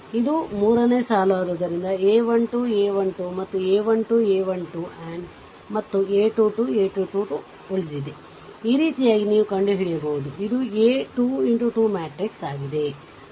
ಇದು ಮೂರನೇ ಸಾಲು ಆದ್ದರಿಂದa 1 2 a 1 2 ಮತ್ತು a 1 2 a 1 2 and a 2 2 a 2 2 ಉಳಿದಿದೆ ಈ ರೀತಿಯಾಗಿ ನೀವು ಕಂಡುಹಿಡಿಯಬಹುದು ಇದು a2x2 ಮ್ಯಾಟ್ರಿಕ್ಸ್ ಆಗಿದೆ